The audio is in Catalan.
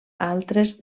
altres